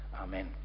Amen